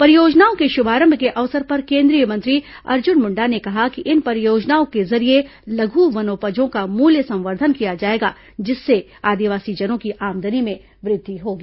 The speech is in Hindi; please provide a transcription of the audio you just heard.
परियोजनाओं के शुभारंभ के अवसर पर केंद्रीय मंत्री अर्जुन मुण्डा ने कहा कि इन परियोजनाओं के जरिये लघु वनोपजों का मूल्य संवर्धन किया जाएगा जिससे आदिवासीजनों की आमदनी में वृद्धि होगी